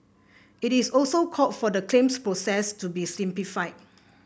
it is also called for the claims process to be simplified